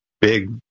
big